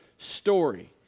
story